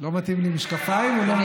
לא מתאים לי משקפיים או לא מתאים לי,